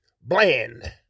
Bland